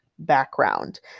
background